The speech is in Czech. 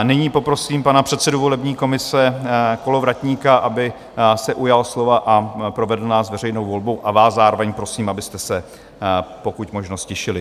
Nyní poprosím pana předsedu volební komise Kolovratníka, aby se ujal slova a provedl nás veřejnou volbou, a vás zároveň prosím, abyste se pokud možno ztišili.